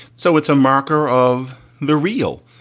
so it's a marker of the real.